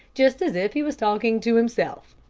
just as if he was talking to himself.